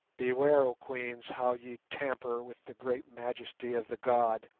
beware, oh queens, how ye tamper with the great majesty of the god,